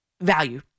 value